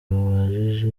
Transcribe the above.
babajije